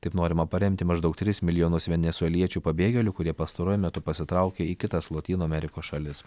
taip norima paremti maždaug tris milijonus venesueliečių pabėgėlių kurie pastaruoju metu pasitraukė į kitas lotynų amerikos šalis